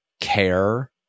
care